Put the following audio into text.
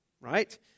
Right